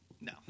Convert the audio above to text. No